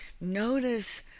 Notice